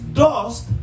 dust